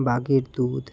বাঘের দুধ